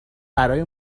برای